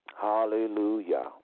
Hallelujah